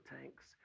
tanks